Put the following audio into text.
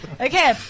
Okay